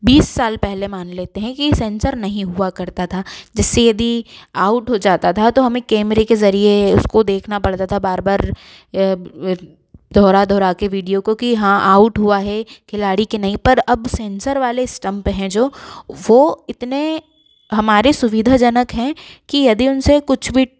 बीस साल पहले मान लेते हैं कि सेंसर नहीं हुआ करता था जिससे यदि आउट हो जाता था तो हमें कैमरे के जरिये उसको देखना पर जाता था बार बार दोहरा दोहरा कर विडियो को कि हाँ आउट हुआ है खिलाड़ी कि नहीं पर अब सेंसर वाले स्टम्प हैं जो वह इतने हमारे सुविधाजनक हैं कि यदि उनसे कुछ भी